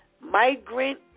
migrant